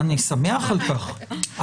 אני שמח על כך,